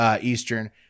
Eastern